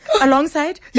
alongside